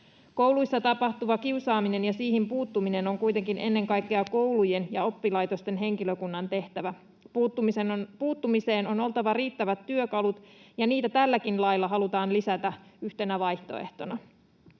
Kouluissa tapahtuva kiusaaminen ja siihen puuttuminen ovat kuitenkin ennen kaikkea koulujen ja oppilaitosten henkilökunnan vastuulla. Puuttumiseen on oltava riittävät työkalut, ja niitä tälläkin lailla halutaan lisätä yhtenä vaihtoehtona.